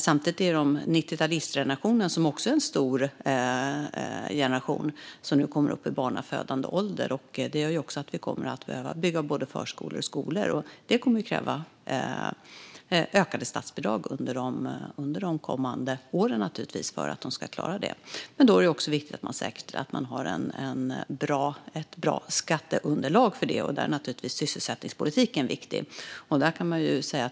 Samtidigt har vi nittiotalistgenerationen, som också är en stor grupp, som nu kommer upp i barnafödande ålder. Det gör att vi kommer att behöva bygga förskolor och skolor. Allt detta kommer att kräva ökade statsbidrag under kommande år så att detta klaras av. Det är därför viktigt att säkerställa att man har ett bra skatteunderlag för det, och i det är sysselsättningspolitiken viktig.